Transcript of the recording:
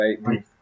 right